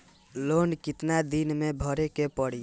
Loan कितना दिन मे भरे के पड़ी?